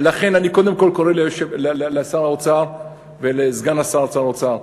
לכן אני קודם כול קורא לשר האוצר ולסגן שר האוצר,